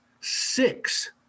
six